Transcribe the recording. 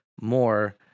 more